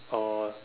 or